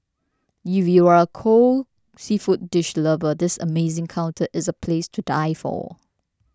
if you are a cold seafood dish lover this amazing counter is a place to die for